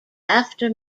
after